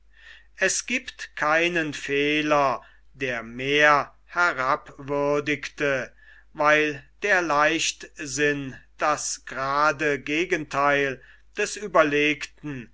es giebt keinen fehler der mehr herabwürdigte weil der leichtsinn das grade gegentheil des überlegten